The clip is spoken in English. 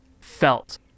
felt